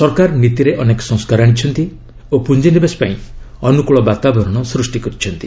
ସରକାର ନୀତିରେ ଅନେକ ସଂସ୍କାର ଆଣିଛନ୍ତି ଓ ପୁଞ୍ଜିନିବେଶ ପାଇଁ ଅନୁକୂଳ ବାତାବରଣ ସୃଷ୍ଟି କରିଛନ୍ତି